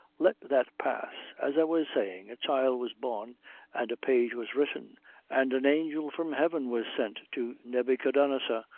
let that pass. as i was sayin' a child was born and a page was written and an angel from heaven was sent to nebbychodanazor,